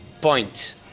point